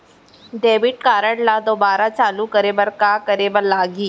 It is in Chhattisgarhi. डेबिट कारड ला दोबारा चालू करे बर का करे बर लागही?